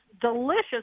delicious